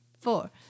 four